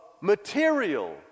material